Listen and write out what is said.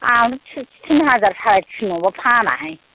आं थिन हाजार सारिथिन नङाबा फानाहाय